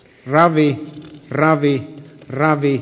ravi ravi ravit